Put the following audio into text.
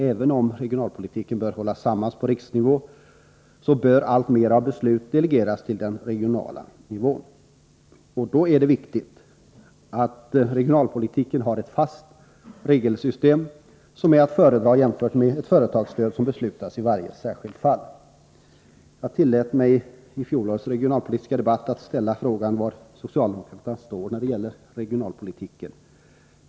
Även om regionalpolitiken bör hållas samman på riksnivå, bör allt fler beslut delegeras till den regionala nivån. Då är det viktigt att regionalpolitiken har ett fast regelsystem. Detta är att föredra framför ett företagsstöd som beslutas i varje särskilt fall. Jag tillät mig i fjolårets regionalpolitiska debatt att fråga var socialdemokraterna står när det gäller regionalpolitiken.